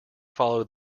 follow